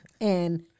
And-